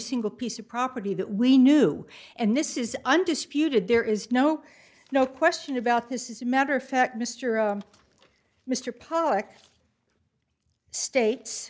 single piece of property that we knew and this is undisputed there is no no question about this is a matter of fact mister mr pollock states